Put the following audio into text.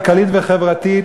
כלכלית וחברתית,